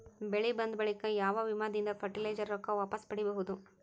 ಬೆಳಿ ಬಂದ ಬಳಿಕ ಯಾವ ವಿಮಾ ದಿಂದ ಫರಟಿಲೈಜರ ರೊಕ್ಕ ವಾಪಸ್ ಪಡಿಬಹುದು?